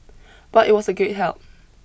but it was a great help